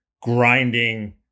grinding